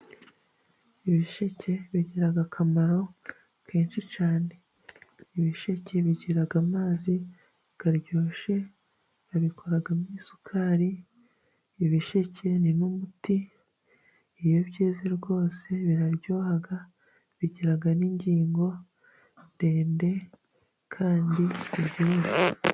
Ibisheke bigira akamaro kenshi cyane. Ibisheke bigira amazi aryoshye, babikoragamo isukari; ibisheke ni n' umuti, iyo byeze rwose biraryoha bigira n' ingingo ndende kandi zibyibushe.